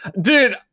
dude